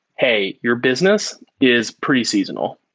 hey, your business is pretty seasonal.